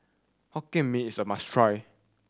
Hokkien Mee is a must try